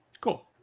cool